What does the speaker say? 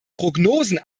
prognosen